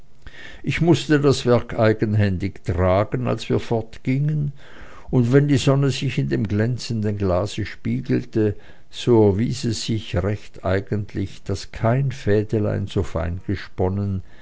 ich mußte das werk eigenhändig tragen als wir fortgingen und wenn die sonne sich in dem glänzenden glase spiegelte so erwies es sich recht eigentlich daß kein fädelein so fein gesponnen